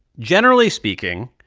generally speaking,